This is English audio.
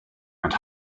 and